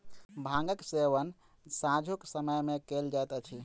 भांगक सेवन सांझुक समय मे कयल जाइत अछि